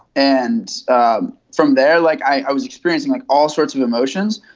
and from there, like, i was experiencing like all sorts of emotions.